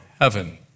heaven